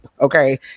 Okay